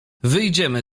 wyjdziemy